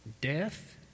death